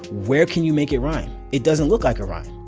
where can you make it rhyme? it doesn't look like a rhyme.